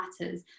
matters